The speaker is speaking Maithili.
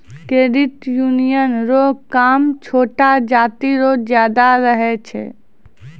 क्रेडिट यूनियन रो काम छोटो जाति रो ज्यादा रहै छै